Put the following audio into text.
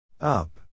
Up